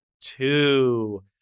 two